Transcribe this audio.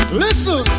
listen